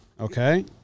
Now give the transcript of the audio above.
Okay